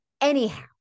Anyhow